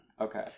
Okay